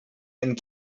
and